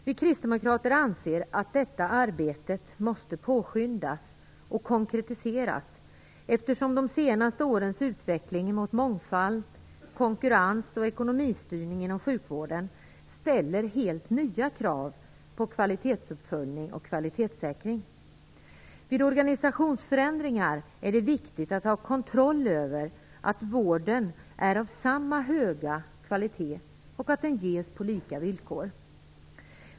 Vi kristdemokrater anser att detta arbete måste påskyndas och konkretiseras, eftersom de senaste årens utveckling mot mångfald, konkurrens och ekonomistyrning inom sjukvården ställer helt nya krav på kvalitetsuppföljning och kvalitetssäkring. Vid organisationsförändringar är det viktigt att ha kontroll över att vården är av samma höga kvalitet och att den ges på lika villkor.